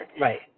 Right